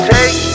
Take